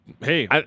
Hey